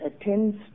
attends